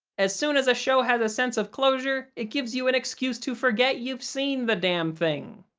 as soon as a show has a sense of closure, it gives you an excuse to forget you've seen the damn thing.